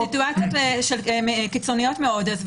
בסיטואציות קיצוניות מאוד.